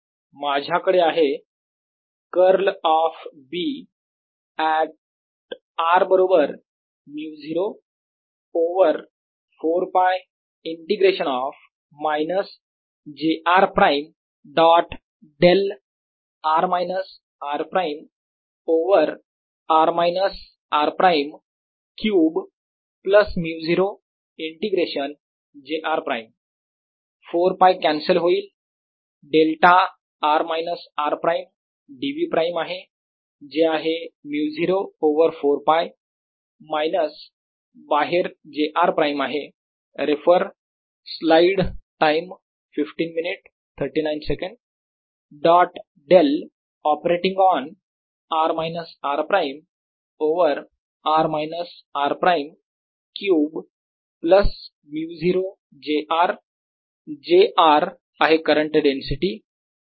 r rr r34πjrδr r आणि म्हणून माझ्याकडे आहे curl of B at r बरोबर μ0 over 4π integration of minus j r prime dot del r minus r prime over r minus r prime cube plus μ0 integration j r prime 4π cancel होईल delta r minus r prime dv prime जे आहे μ0 over 4π minus बाहेर j r prime आहे refer slide time 1539 dot del operating on r minus r prime over r minus r prime cube plus μ0 j r j r आहे current density